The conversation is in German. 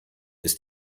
ist